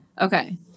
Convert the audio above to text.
Okay